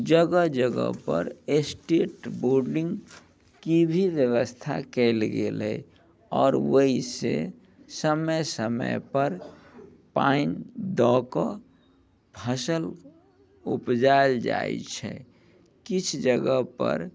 जगह जगह पर स्टेट बोर्डिङ्ग की भी व्यवस्था कयल गेल अइ आओर वैसे समय समय पर पानि दऽ कऽ फसल उपजायल जाइत छै किछु जगह पर